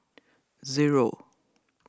zero